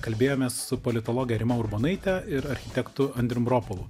kalbėjomės su politologe rima urbonaite ir architektu andrium ropolu